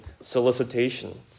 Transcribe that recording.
solicitation